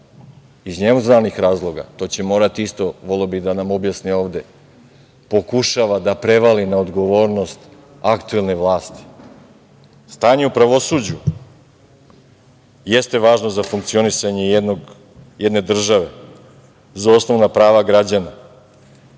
iz njemu znanih razloga, to će morati isto, voleo bih da nam objasni ovde, pokušava da prevali na odgovornost aktuelnoj vlasti. Stanje u pravosuđu jest važno za funkcionisanje jedne države, za osnovna prava građana,